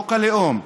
חוק הלאום,